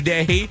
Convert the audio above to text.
Day